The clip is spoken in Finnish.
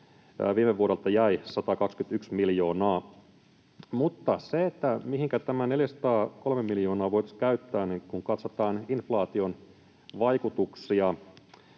viime vuodelta jäi 121 miljoonaa. Mutta mihinkä tämä 403 miljoonaa voitaisiin käyttää? Eli kun katsotaan inflaation vaikutuksia,